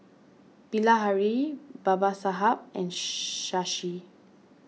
Bilahari Babasaheb and Shashi